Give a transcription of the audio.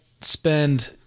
spend